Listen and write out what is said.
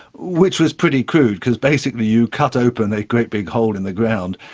which was pretty crude because basically you cut open a great big hole in the ground,